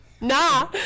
nah